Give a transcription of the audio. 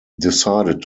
decided